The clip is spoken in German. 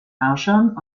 herrschern